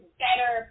better